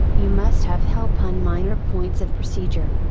you must have help on minor points of procedure.